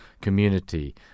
community